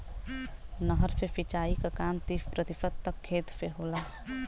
नहर से सिंचाई क काम तीस प्रतिशत तक खेत से होला